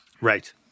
Right